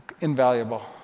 invaluable